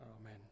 Amen